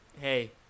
hey